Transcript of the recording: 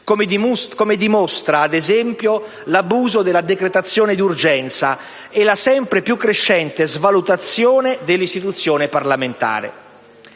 come dimostra, ad esempio, l'abuso della decretazione di urgenza e la sempre crescente svalutazione dell'istituzione parlamentare.